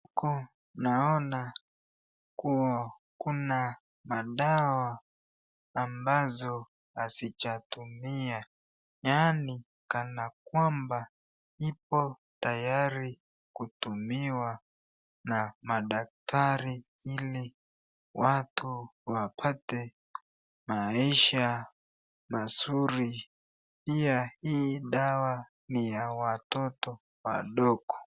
Huku naona kuwa kuna madawa ambazo hazijatumia, yaani kana kwamba iko tayari kutumiwa na madaktari ili watu wapate maisha mazuri, pia hii dawa ni ya watoto wadogo.